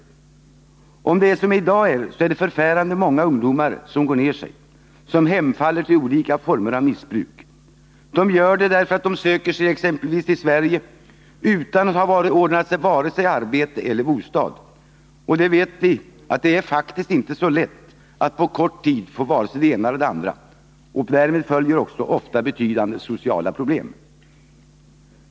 Och som det är i dag så är det förfärande många ungdomar som går ned sig, som hemfaller till olika former av missbruk. De gör det därför att de söker sig till exempelvis Sverige utan att ha ordnat vare sig arbete eller bostad. Och det är faktiskt inte så lätt att på kort tid få vare sig det ena eller det andra, och därmed följer ofta betydande sociala problem.